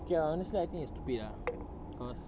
okay ah honestly I think it's stupid ah because